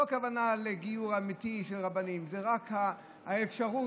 לא בני עם אחד אנחנו.